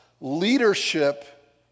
leadership